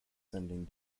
sending